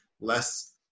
less